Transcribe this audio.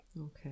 Okay